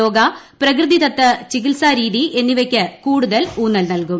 യോഗ പ്രകൃതിദത്ത ചികിത്സാരീതി എന്നിവയ്ക്ക് കൂടുതൽ ഊന്നൽ നൽകും